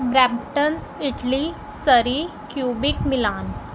Brampton Italy Surrey Quebec Milan